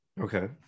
Okay